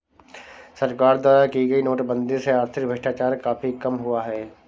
सरकार द्वारा की गई नोटबंदी से आर्थिक भ्रष्टाचार काफी कम हुआ है